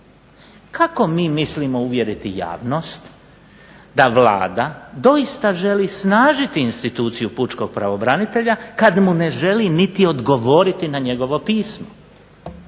Kako mi mislimo uvjeriti javnost da Vlada doista želi snažiti instituciju pučkog pravobranitelja kada mu ne želi niti odgovoriti na njegovo pismo?